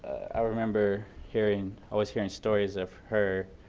i remember hearing, always hearing stories of her